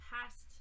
past